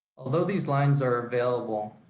although these lines are available,